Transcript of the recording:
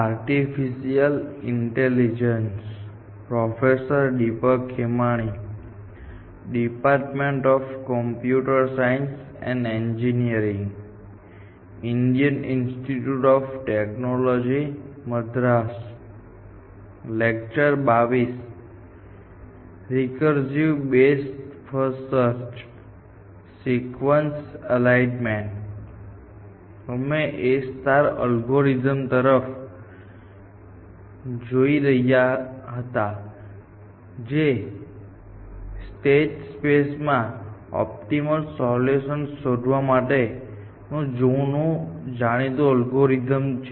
અમે A algorithm તરફ જોઈ રહ્યા હતા જે સ્ટેટ સ્પેસ માં ઓપ્ટિમલ સોલ્યુશન શોધવા માટે નું જાણીતું અલ્ગોરિધમ છે